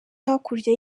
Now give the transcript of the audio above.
hakurya